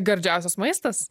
gardžiausias maistas